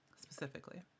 Specifically